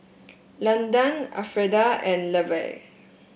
Landan Alfreda and Levar